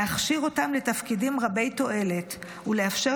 להכשיר אותם לתפקידים רבי-תועלת ולאפשר